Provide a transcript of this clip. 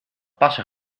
passer